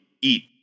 eat